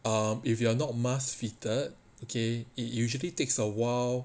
um if you are not mask fitted okay it usually takes a while